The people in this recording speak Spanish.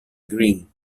green